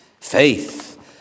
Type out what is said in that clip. Faith